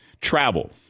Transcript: travel